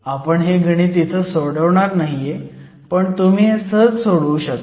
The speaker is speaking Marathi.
आपण हे गणित इथं सोडवणार नाहीये पण तुम्ही हे सहज सोडवू शकता